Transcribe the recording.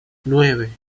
nueve